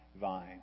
vine